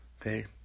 Okay